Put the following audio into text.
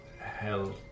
hell